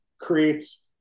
creates